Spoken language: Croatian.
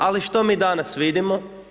Ali što mi danas vidimo?